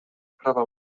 prawa